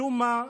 משום מה,